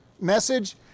message